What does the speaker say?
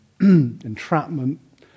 entrapment